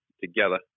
together